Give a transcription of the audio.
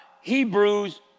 Hebrews